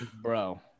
bro